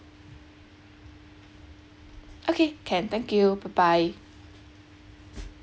okay can thank you bye bye